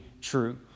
true